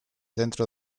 dentro